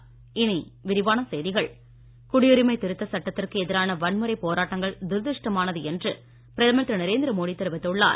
மோடி குடியுரிமை திருத்த சட்டத்திற்கு எதிரான வன்முறை போராட்டங்கள் துரதிருஷ்டமானது என்று பிரதமர் திரு நரேந்திர மோடி தெரிவித்துள்ளார்